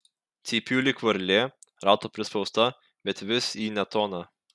cypiu lyg varlė rato prispausta bet vis į ne toną